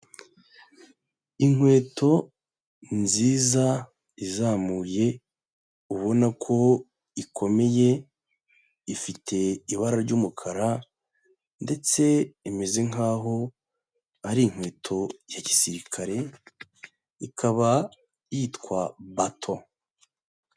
Inkweto nziza izamuye ubona ko ikomeye, ifite ibara ry'umukara ndetse imeze nkaho ari inkweto ya gisirikare ikaba yitwa Bato.